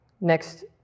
next